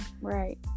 right